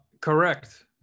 Correct